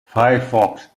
firefox